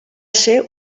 ser